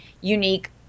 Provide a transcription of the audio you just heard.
unique